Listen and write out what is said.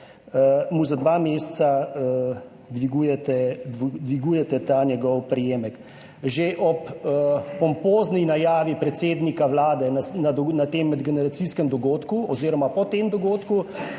za dva meseca dvigujete ta njegovi prejemek. Že ob pompozni najavi predsednika Vlade na tem medgeneracijskem dogodku oziroma po tem dogodku